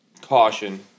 caution